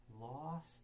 lost